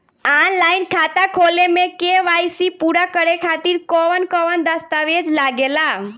Online खाता खोले में के.वाइ.सी पूरा करे खातिर कवन कवन दस्तावेज लागे ला?